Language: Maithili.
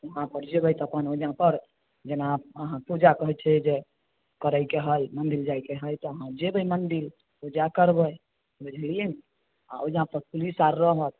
वहाॅं पर जेबै तऽ अपन जेना अहाँ पूजा कहै छै जे करैके है मन्दिर जायके है तऽ अहाँ जेबै मन्दिर पूजा करबै बुझलियै ने आ ओइजा पर पुलिस आर रहत